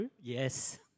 Yes